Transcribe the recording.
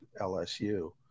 LSU